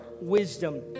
wisdom